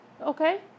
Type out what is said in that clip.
Okay